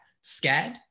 scared